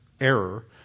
error